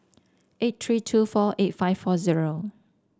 eight three two four eight five four zero